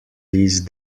these